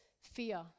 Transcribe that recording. fear